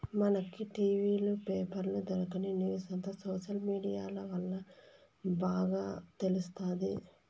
మనకి టి.వీ లు, పేపర్ల దొరకని న్యూసంతా సోషల్ మీడియాల్ల బాగా తెలుస్తాది